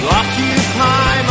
occupy